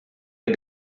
der